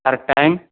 sir time